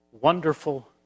wonderful